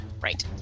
Right